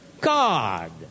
God